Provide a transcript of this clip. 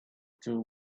two